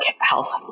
health